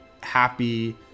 happy